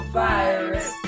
virus